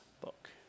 book